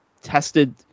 tested